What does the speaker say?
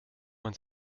man